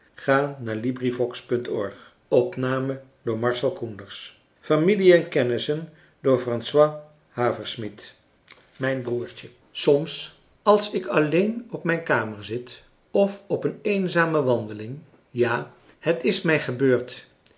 françois haverschmidt familie en kennissen mijn broertje soms als ik alleen op mijn kamer zit of op een eenzame wandeling ja het is mij gebeurd